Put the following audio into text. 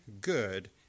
good